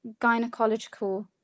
gynecological